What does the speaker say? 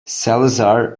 salazar